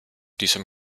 diesem